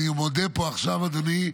אני מודה פה עכשיו, אדוני,